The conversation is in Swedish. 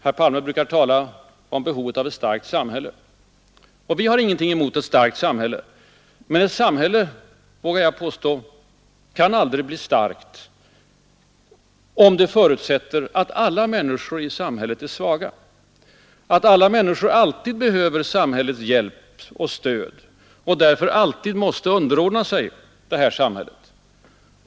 Herr Palme brukar tala om behovet av ett starkt samhälle. Vi har ingenting emot ett starkt samhälle. Men ett samhälle — vågar jag påstå — kan aldrig bli starkt om det förutsätter att alla människor i samhället är svaga, att alla människor alltid behöver samhällets hjälp och stöd och därför alltid måste underordna sig sam hället.